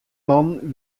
man